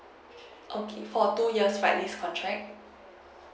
okay for two years right this contract